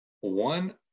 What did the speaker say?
one